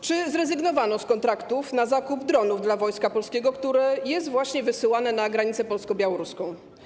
Czy zrezygnowano z kontraktów na zakup dronów dla Wojska Polskiego, które jest właśnie wysyłane na granicę polsko-białoruską?